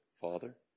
father